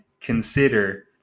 consider